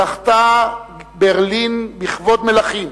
זכתה ברלין בכבוד מלכים